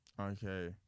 Okay